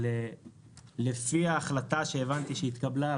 לפי ההחלטה שהבנתי שהתקבלה,